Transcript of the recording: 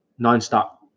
nonstop